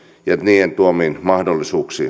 ja sen tuomiin mahdollisuuksiin